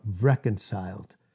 reconciled